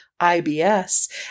IBS